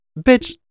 bitch